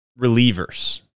relievers